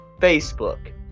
Facebook